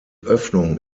öffnung